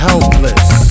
Helpless